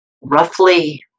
roughly